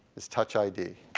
is touch id.